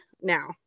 now